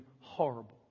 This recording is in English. horrible